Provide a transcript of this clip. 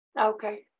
Okay